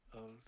Old